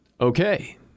Okay